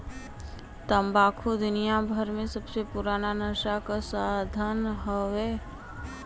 तम्बाकू दुनियाभर मे सबसे पुराना नसा क साधन हउवे